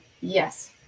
Yes